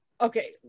Okay